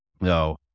No